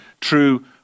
true